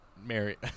mary